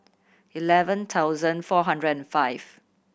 eleven thousand four hundred and five